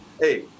Hey